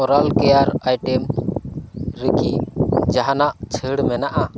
oral care items ᱨᱮ ᱠᱤ ᱡᱟᱦᱟᱱᱟᱜ ᱪᱷᱟᱹᱲ ᱢᱮᱱᱟᱜᱼᱟ